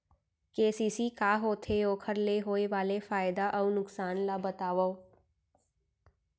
KCC का होथे, ओखर ले होय वाले फायदा अऊ नुकसान ला बतावव?